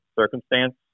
circumstance